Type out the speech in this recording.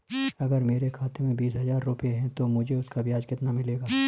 अगर मेरे खाते में बीस हज़ार रुपये हैं तो मुझे उसका ब्याज क्या मिलेगा?